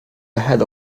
ahead